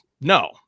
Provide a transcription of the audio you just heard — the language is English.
no